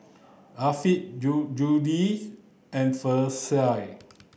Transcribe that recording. Affie Judyth and Versie